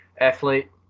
Athlete